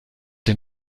den